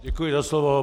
Děkuji za slovo.